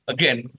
Again